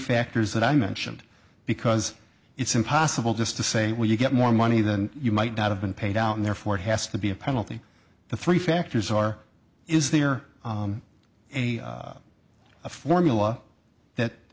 factors that i mentioned because it's impossible just to say where you get more money than you might not have been paid out and therefore it has to be a penalty the three factors are is there a formula that